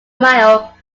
mile